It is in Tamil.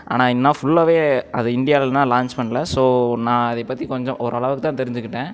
ஆனால் இன்னும் ஃபுல்லாகவே அதை இன்டியாலெலாம் லான்ச் பண்ணலை ஸோ நான் அதை பற்றி கொஞ்சம் ஓரளவுக்கு தான் தெரிஞ்சுக்கிட்டேன்